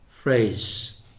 phrase